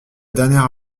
dernière